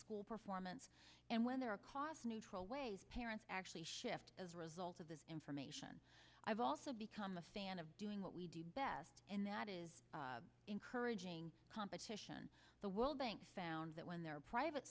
school performance and when there are cost neutral ways parents actually shift as a result of this information i've also become a fan of doing what we do best and that is encouraging competition the world bank found that when there are private